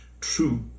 true